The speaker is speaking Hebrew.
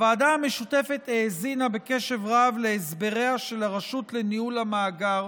הוועדה המשותפת האזינה בקשב רב להסבריה של הרשות לניהול המאגר,